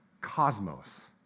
cosmos